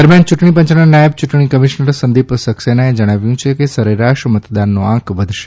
દરમિયાન ચૂંટણી પંચના નાયબ ચૂંટણી કમિશ્નર સંદિપ સક્સેનાએ જણાવ્યું છે કે સરેરાશ મતદાનનો આંક વધશે